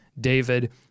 David